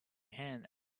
hand